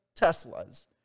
Teslas